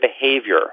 behavior